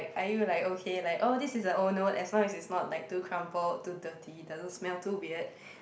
wait are you like okay like oh this is a old note as long as is not like too crumpled too dirty doesn't smell too weird